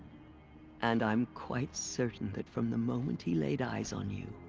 and i'm quite certain that from the moment he lay eyes on you.